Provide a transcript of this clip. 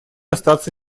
остаться